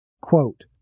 quote